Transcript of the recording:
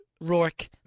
Rourke